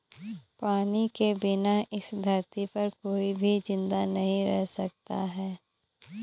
पानी के बिना इस धरती पर कोई भी जिंदा नहीं रह सकता है